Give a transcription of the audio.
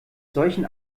solchen